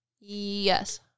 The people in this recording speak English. Yes